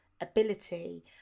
ability